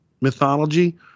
mythology